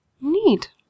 Neat